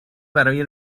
برای